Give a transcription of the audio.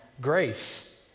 grace